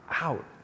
out